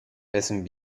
wessen